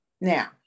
Now